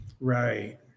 Right